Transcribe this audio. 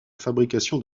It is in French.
fabrication